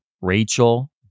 Rachel